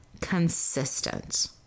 consistent